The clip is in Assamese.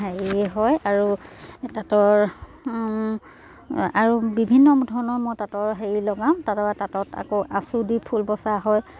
হেৰি হয় আৰু তাঁতৰ আৰু বিভিন্ন ধৰণৰ মই তাঁতৰ হেৰি লগাওঁ তাৰপৰা তাঁতত আকৌ আঁচু দি ফুল বচা হয়